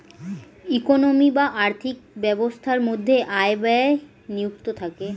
economy বা আর্থিক ব্যবস্থার মধ্যে আয় ব্যয় নিযুক্ত থাকে